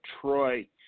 Troy